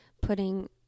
putting